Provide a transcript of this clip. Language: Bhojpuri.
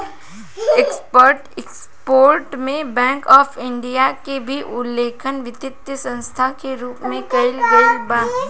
एक्सपोर्ट इंपोर्ट में बैंक ऑफ इंडिया के भी उल्लेख वित्तीय संस्था के रूप में कईल गईल बा